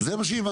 זה מה שהבנתי.